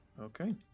Okay